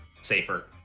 safer